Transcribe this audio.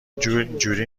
اینجوری